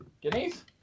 Guineas